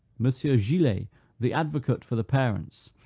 monsieur gillet, the advocate for the parents,